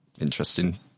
Interesting